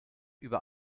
über